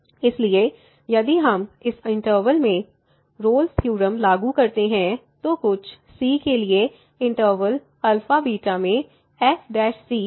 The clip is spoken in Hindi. इसलिए यदि हम इस इनटर्वल में रोल्स थ्योरम Rolle's Theorem लागू करते हैं तो कुछ c के लिए इनटर्वल α β में f0 होगा